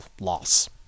loss